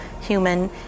human